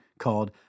called